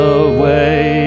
away